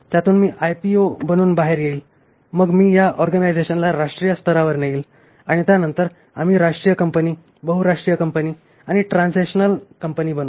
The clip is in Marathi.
त्यातून मी IPO बनून बाहेर येईन आणि मग मी या ऑर्गनायझेशनला राष्ट्रीय स्तरावर नेईन आणि त्यानंतर आम्ही राष्ट्रीय कंपनी बहुराष्ट्रीय कंपनी आणि ट्रान्सनेशनल कंपनी बनू